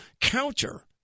counter